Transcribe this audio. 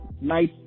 nice